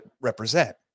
represent